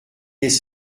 des